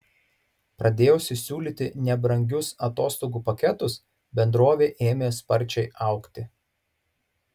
pradėjusi siūlyti nebrangius atostogų paketus bendrovė ėmė sparčiai augti